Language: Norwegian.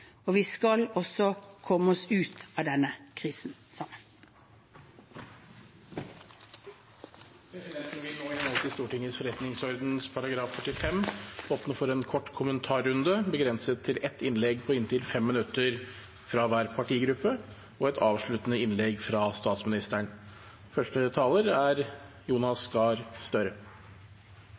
Vi skal også komme oss ut av denne krisen sammen. Presidenten vil nå, i henhold til Stortingets forretningsorden § 45, åpne for en kort kommentarrunde begrenset til ett innlegg på inntil 5 minutter fra hver partigruppe og et avsluttende innlegg fra statsministeren. Første taler er Jonas Gahr Støre.